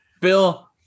Bill